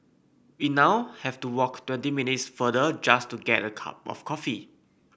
we now have to walk twenty minutes further just to get a cup of coffee